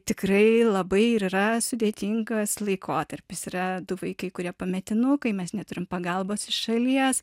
tikrai labai ir yra sudėtingas laikotarpis yra du vaikai kurie pametinukai mes neturim pagalbos iš šalies